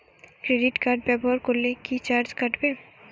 Credit card ব্যাবহার করলে কি চার্জ কাটবে?